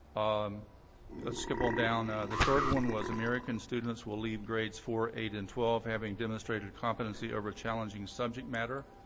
um ah skip on down the third one was, american students will leave grades four, eight, and twelve having demonstrated competency over a challenging subject matter.